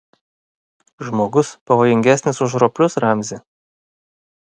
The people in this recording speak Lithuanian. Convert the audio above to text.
žmogus pavojingesnis už roplius ramzi